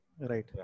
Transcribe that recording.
Right